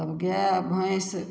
तऽ गाइ भैँस